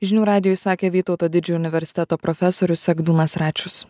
žinių radijui sakė vytauto didžiojo universiteto profesorius egdūnas račius